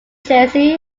jersey